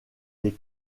des